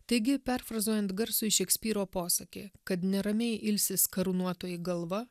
taigi perfrazuojant garsųjį šekspyro posakį kad neramiai ilsis karūnuotoji galva